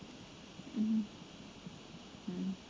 mmhmm